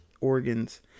organs